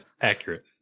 Accurate